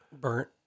burnt